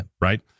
Right